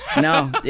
No